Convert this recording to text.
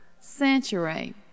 century